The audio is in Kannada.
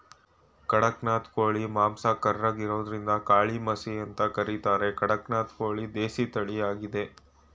ಖಡಕ್ನಾಥ್ ಕೋಳಿ ಮಾಂಸ ಕರ್ರಗಿರೋದ್ರಿಂದಕಾಳಿಮಸಿ ಅಂತ ಕರೀತಾರೆ ಕಡಕ್ನಾಥ್ ಕೋಳಿ ದೇಸಿ ತಳಿಯಾಗಯ್ತೆ